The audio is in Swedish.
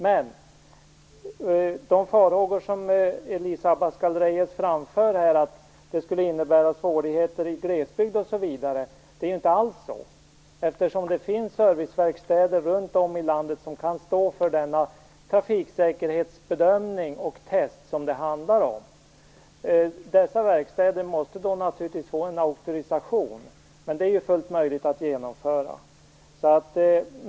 Men de farhågor som Elisa Abascal Reyes framför, att det skulle innebära svårigheter i glesbygd osv., är helt ogrundade, eftersom det runt om i landet finns serviceverkstäder som kan stå för den trafiksäkerhetsbedömning och det test som det handlar om. Dessa verkstäder måste naturligtvis få en auktorisation, vilket är fullt möjligt att genomföra.